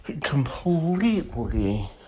completely